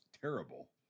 terrible